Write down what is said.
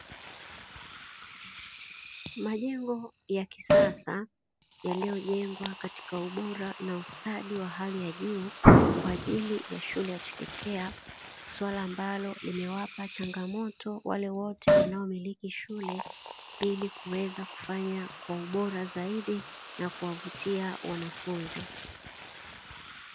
Majengo ya kisasa yaliyojengwa katika ubora na ustadi wa hali ya juu kwa ajili ya shule ya chekechea suala, ambalo limewapa changamoto wale wote wanaomiliki shule ili kuweza kufanya kwa ubora zaidi na kuwavutia wanafunzi.